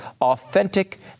authentic